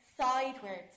sideways